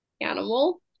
animal